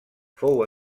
fou